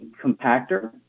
compactor